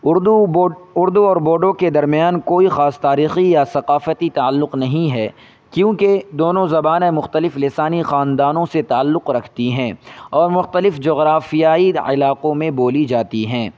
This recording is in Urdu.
اردو اردو اور بوڈو کے درمیان کوئی خاص تاریخی یا ثقافتی تعلق نہیں ہے کیونکہ دونوں زبانیں مختلف لسانی خاندانوں سے تعلق رکھتی ہیں اور مختلف جغرافیائی علاقوں میں بولی جاتی ہیں